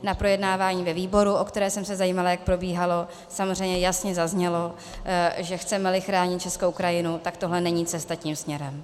Na projednávání ve výboru, o které jsem se zajímala, jak probíhalo, samozřejmě jasně zaznělo, že chcemeli chránit českou krajinu, tak tohle není cesta tím směrem.